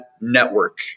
network